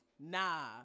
Nah